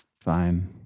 fine